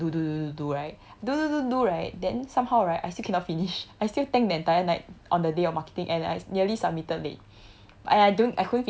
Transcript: uh one week and I start to do do do do do right do do do do do right then somehow right I still cannot finish I still think the entire night on the day of marketing and I nearly submitted late